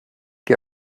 que